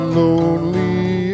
lonely